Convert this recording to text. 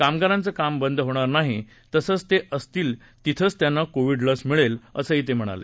कामगारांचं काम बंद होणार नाही तसंच ते असतील तिथेच त्यांना कोविड लस मिळेल असंही ते म्हणाले